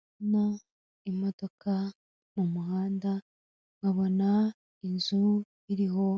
Ndabona imodoka mu muhanda, nkabona inzu iriho